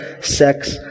sex